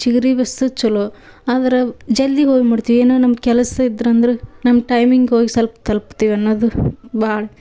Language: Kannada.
ಚಿಗ್ರೆ ಬಸ್ಸು ಛಲೋ ಆದ್ರೆ ಜಲ್ದಿ ಹೋಗಿ ಮುಟ್ತೀವಿ ಏನೋ ನಮ್ಮ ಕೆಲಸ ಇದ್ರೆ ಅಂದ್ರೆ ನಮ್ಮ ಟೈಮಿಂಗ್ ಹೋಗಿ ಸ್ವಲ್ಪ ತಲಪ್ತೀವಿ ಅನ್ನೋದು ಭಾಳ